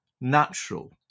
natural